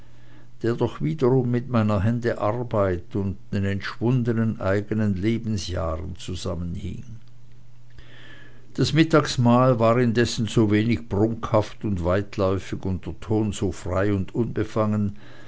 der doch wiederum mit meiner hände arbeit und den entschwundenen eigenen lebensjahren zusammenhing das mittagsmahl war indessen so wenig prunkhaft und weitläufig und der ton so frei und unbefangen